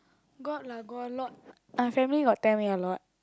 got lah got a lot my family got tell me a lot